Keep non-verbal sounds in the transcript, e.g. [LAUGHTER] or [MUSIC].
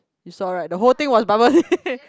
you saw right the whole thing was bubble tea [LAUGHS]